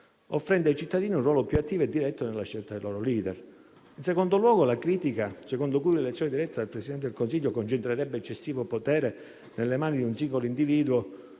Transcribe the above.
offrendo ai cittadini un ruolo più attivo e diretto nella scelta del loro *leader*. In secondo luogo, la critica secondo cui l'elezione diretta del Presidente del Consiglio concentrerebbe eccessivo potere nelle mani di un singolo individuo